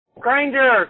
Granger